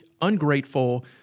ungrateful